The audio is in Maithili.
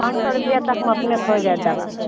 पाँच सए रुपया तकमे अपनेक हो जायत दवा